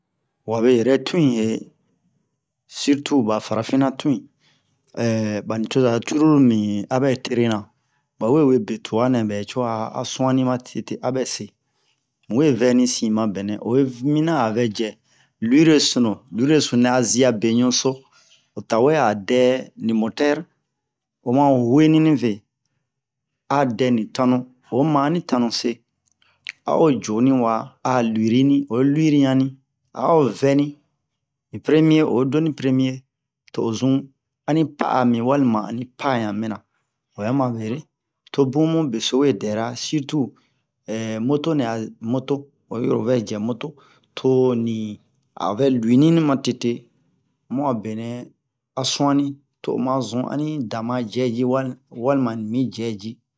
wabe yɛrɛ tu'in he yɛ sirtu ba farafinna tun'in ɓa nucoza curulu mibin abɛ terena ba we wee be twa nɛ ɓɛ co a sun'anni matete abɛ se mu we vɛni sin ma bɛnnɛn oyi miniyan a vɛ jɛ luwiro sunu luwiro sunu nɛ a ziya beɲu-so o tawɛ a dɛ ni motɛr oma huweni-ni ve a dɛ ni tannu oma ani tannu se a o co ni wa a luwiri ni oyi luwiri-yani a o vɛ ni ni premiye oyi do ni premiye to o zun ani pa'a mi walima ani pa'a ɲan nina obɛ ma bere to bun mu beso we dɛra sirtu moto nɛ a moto oyiro o vɛ jɛ moto to ni a o vɛ luwiri matete mu a benɛ a sun'anni to a ma zun ani dama cɛ ji walima ni mi cɛ ji